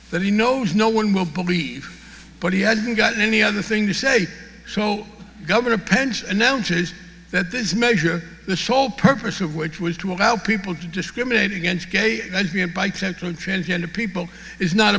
that he knows no one will believe but he hasn't gotten any other thing to say so governor pence announces that this measure the sole purpose of which was to allow people to discriminate against gay lesbian bisexual transgender people is not